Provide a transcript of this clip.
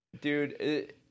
dude